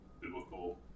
biblical